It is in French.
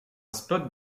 spot